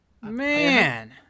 man